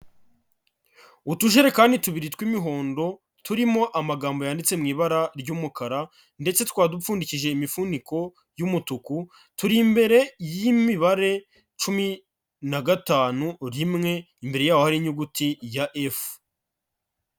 Utujerekan tubiri tw'imihondo turimo amagambo yanditse mu ibara ry'umukara ndetse tukaba dupfundikije imifuniko y'umutuku, turi imbere y'imibare cumi na gatanu rimwe, imbere yaho hariho inyuguti ya F.